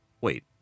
wait